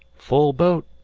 full boat,